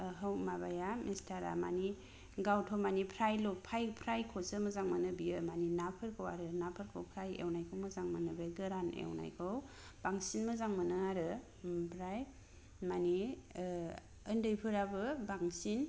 हौवा माबाया मिस्टारा मानि गावथ' मानि फ्राय ल' फ्रायखौसो मोजां मोनो बियो मानि ना फोरखौ आरो ना फोरखौ फ्राय एवनायखौ मोजां मोनो बे गोरान एवनायखौ बांसिन मोजां मोनो आरो आमफ्राय मानि उन्दैफोराबो बांसिन